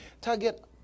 Target